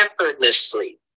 effortlessly